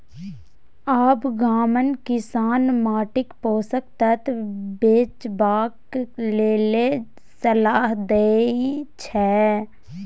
आब गामक किसान माटिक पोषक तत्व बचेबाक लेल सलाह दै छै